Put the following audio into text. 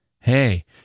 Hey